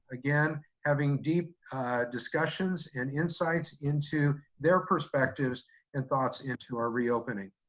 again having deep discussions and insights into their perspectives and thoughts into our reopening.